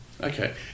Okay